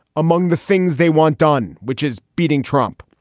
among the things they want done, which is beating trump.